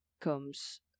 comes